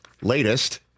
latest